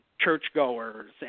churchgoers